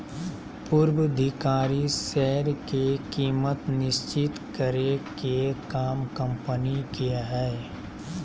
पूर्वधिकारी शेयर के कीमत निश्चित करे के काम कम्पनी के हय